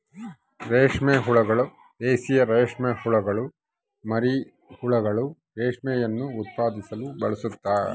ರೇಷ್ಮೆ ಹುಳುಗಳು, ದೇಶೀಯ ರೇಷ್ಮೆಹುಳುಗುಳ ಮರಿಹುಳುಗಳು, ರೇಷ್ಮೆಯನ್ನು ಉತ್ಪಾದಿಸಲು ಬಳಸಲಾಗ್ತತೆ